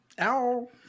Ow